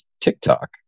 TikTok